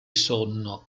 sonno